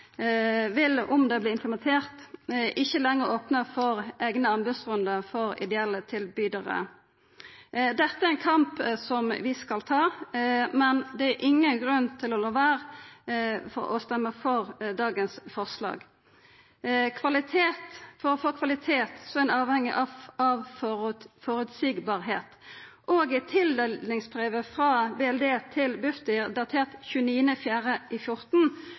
vil om det vert implementert, ikkje lenger opna for eigne anbodsrundar for ideelle tilbydarar. Dette er ein kamp som vi skal ta, men det er ingen grunn til å la vera å stemma for dagens forslag. For å få kvalitet er ein avhengig av forutsigbarheit, og i tildelingsbrevet frå Barne-, likestillings- og inkluderingsdepartementet til Bufdir, datert 29. april 2014, framgår det no at nye kontraktar for barnevernsfeltet skal inngå i